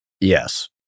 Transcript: Yes